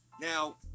Now